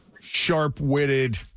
sharp-witted